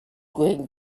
green